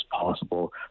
possible